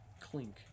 clink